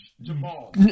Jamal